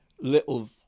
little